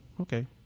okay